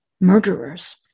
murderers